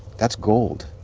that's gold.